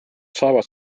saavad